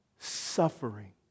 Suffering